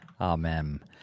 Amen